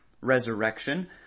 resurrection